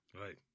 Right